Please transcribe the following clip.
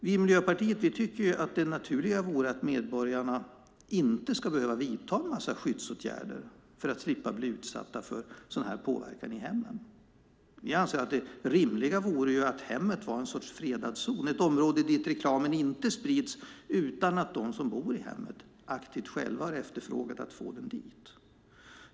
Vi i Miljöpartiet tycker att det naturliga vore att medborgarna inte ska behöva vidta en massa skyddsåtgärder för att slippa bli utsatta för sådan påverkan i hemmet. Vi anser att det rimliga vore att hemmet var en sorts fredad zon, ett område dit reklamen inte sprids utan att de som bor i hemmet själva aktivt har efterfrågat att få den dit.